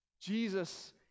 Jesus